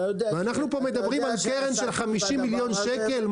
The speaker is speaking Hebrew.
ואנחנו פה מדברים על קרן של 50 מיליון שקל?